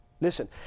Listen